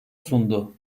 sundu